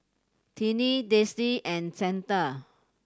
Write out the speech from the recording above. Tiney Daisey and Santa